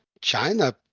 China